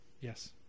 Yes